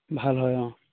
ভাল হয় অ